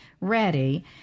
ready